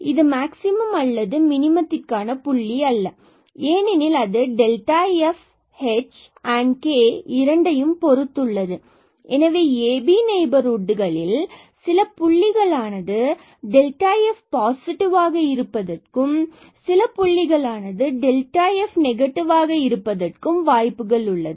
இது மேக்ஸிமம் அல்லது மினிமத்திற்க்கான புள்ளி அல்ல ஏனெனில் அது f h and k இரண்டையும் பொறுத்து உள்ளது எனவே ab நெய்பர்ஹுட்களில் சில புள்ளிகள் ஆனது f பாசிட்டிவாக இருப்பதற்கும் மற்றும் சில புள்ளிகளில் f நெகட்டிவாக இருப்பதற்கும் வாய்ப்புகள் உள்ளது